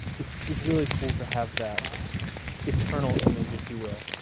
it's it's really cool to have that eternal image, if you will,